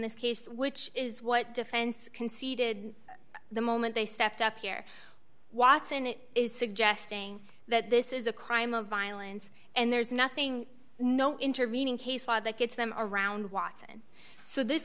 this case which is what defense conceded the moment they stepped up here watson it is suggesting that this is a crime of violence and there's nothing no intervening case law that gets them around watson so this